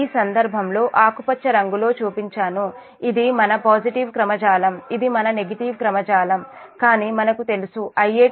ఈ సందర్భంలో ఆకుపచ్చ రంగులో చూపించాను ఇది మన పాజిటివ్ క్రమ జాలం ఇది మన నెగిటివ్ క్రమ జాలం కానీ మనకు తెలుసు Ia2 Ia1